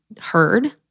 heard